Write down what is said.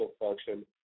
function